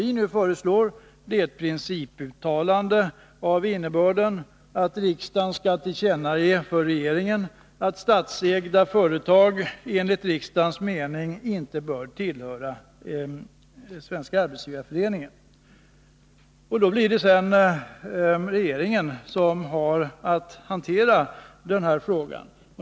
Vi föreslår ett principuttalande av innebörden att riksdagen skall tillkännage för regeringen att statsägda företag enligt riksdagens mening inte bör tillhöra Svenska arbetsgivareföreningen. Sedan får regeringen hantera frågan.